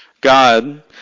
God